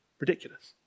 Ridiculous